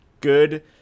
Good